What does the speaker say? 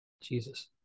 Jesus